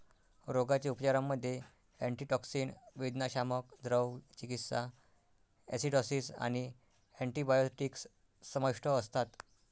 रोगाच्या उपचारांमध्ये अँटीटॉक्सिन, वेदनाशामक, द्रव चिकित्सा, ॲसिडॉसिस आणि अँटिबायोटिक्स समाविष्ट असतात